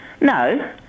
No